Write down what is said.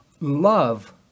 love